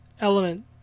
element